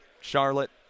Charlotte